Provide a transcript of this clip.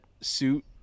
suit